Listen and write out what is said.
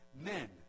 men